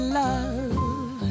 love